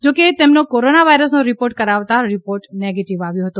જોકે તેમનો કોરોના વાયરસનો રીપોર્ટ કરાવાતાં રીપોર્ટ નેગેટિવ આવ્યો હતો